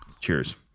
Cheers